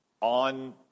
on